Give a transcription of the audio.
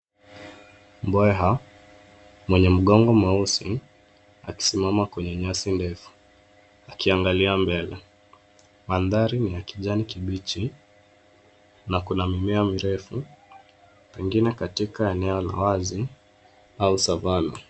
Mbweha mwenye mgongo mweusi, akisimama kwenye nyasi ndefu akiangalia mbele. Mandhari ni ya kijani kibichi, na kuna mimea mirefu, pengine katika eneo la wazi au savannah.